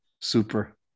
Super